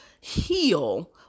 heal